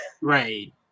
Right